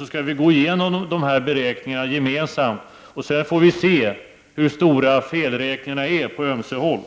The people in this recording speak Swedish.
Då kan vi gå igenom dessa beräkningar gemensamt, så får vi se hur stora felräkningarna är på ömse håll.